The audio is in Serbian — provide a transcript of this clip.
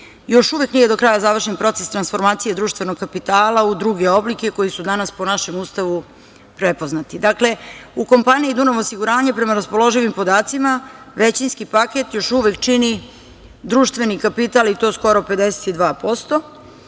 još uvek nije do kraja završen proces transformacije društvenog kapitala u druge oblike, koji su danas po našem Ustavu prepoznati. Dakle, u kompaniji „Dunav osiguranje“ prema raspoloživim podacima većinski paket još uvek čini društveni kapital i to skoro 52%.